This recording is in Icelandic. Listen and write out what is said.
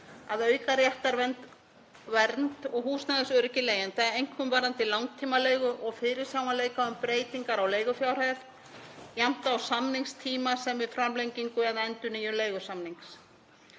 að auka réttarvernd og húsnæðisöryggi leigjenda, einkum varðandi langtímaleigu og fyrirsjáanleika um breytingar á leigufjárhæð, jafnt á samningstíma sem við framlengingu eða endurnýjun leigusamnings.